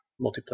multiplayer